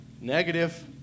negative